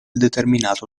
determinato